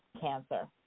cancer